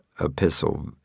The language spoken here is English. epistle